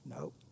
Nope